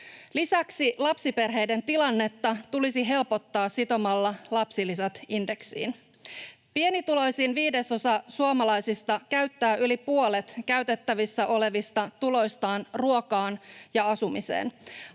Lisäksi lapsiperheiden tilannetta tulisi helpottaa sitomalla lapsilisät indeksiin. Pienituloisin viidesosa suomalaisista käyttää yli puolet käytettävissä olevista tuloistaan ruokaan ja asumiseen.